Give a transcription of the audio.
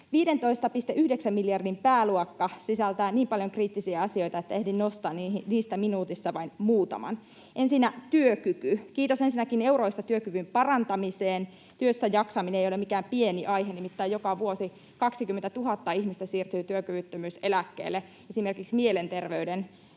15,9 miljardin pääluokka sisältää niin paljon kriittisiä asioita, että ehdin nostaa niistä minuutissa vain muutaman: Ensinnä työkyky. Kiitos ensinnäkin euroista työkyvyn parantamiseen. Työssäjaksaminen ei ole mikään pieni aihe, nimittäin joka vuosi 20 000 ihmistä siirtyy työkyvyttömyys-eläkkeelle esimerkiksi mielenterveyden